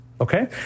Okay